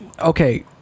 okay